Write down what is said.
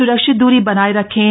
सुरक्षित दूरी बनाए रखें